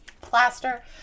plaster